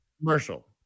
commercial